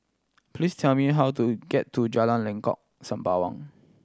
please tell me how to get to Jalan Lengkok Sembawang